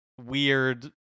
weird